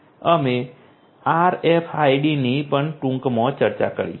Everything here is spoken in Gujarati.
અમે RFID ની પણ ટૂંકમાં ચર્ચા કરી છે